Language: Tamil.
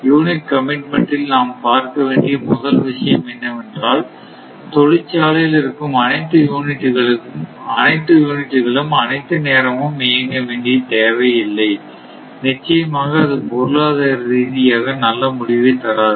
யூனிட் கமிட்மென்ட் இல் நாம் பார்க்க வேண்டிய முதல் விஷயம் என்னவென்றால் தொழிற்சாலையில் இருக்கும் அனைத்து யூனிட் க்களும் அனைத்து நேரமும் இயங்க வேண்டிய தேவை இல்லை நிச்சயமாக அது பொருளாதாரரீதியாக நல்ல முடிவைத் தராது